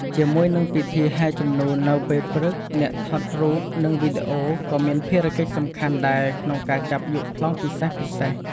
ជាមួយនឹងពិធីហែជំនូននៅពេលព្រឹក អ្នកថតរូបនិងវីដេអូក៏មានភារកិច្ចសំខាន់ដែរក្នុងការចាប់យកប្លង់ពិសេសៗ។